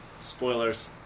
Spoilers